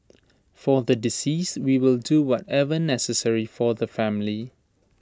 for the deceased we will do whatever necessary for the family